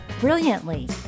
brilliantly